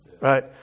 right